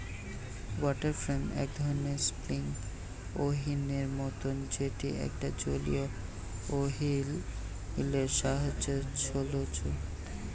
water frame এক ধরণের spinning wheel এর মতন যেটি একটা জলীয় ওহীল এর সাহায্যে ছলছু